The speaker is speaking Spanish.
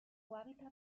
hábitat